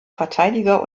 verteidiger